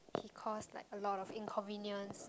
he caused like a lot of inconvenience